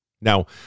now